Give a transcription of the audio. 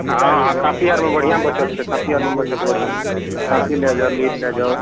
हँ हँ काँपी आरमे बढ़िआँ बचत छै काँपी आरमे बचत बढ़िआँ काँपी लए जाउ लीड लए जाउ